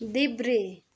देब्रे